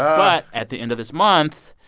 but at the end of this month,